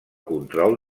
control